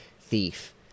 thief